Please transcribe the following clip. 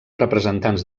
representants